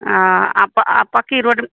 आ आ पक्की पक्की रोडमे